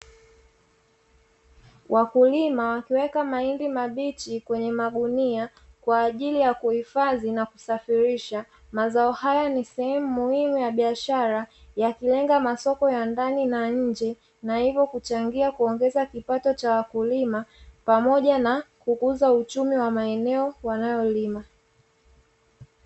Wakulima wakiweka mahindi mabichi kwenye magunia kwa ajili ya kuhifadhi na kusafirisha, mazao haya ni sehemu muhimu ya biashara, yakilenga masoko ya ndani na nje na hivyo kuchangia kuongeza kipato cha wakulima pamoja na kukuza uchumi wa maeneo wanayolima.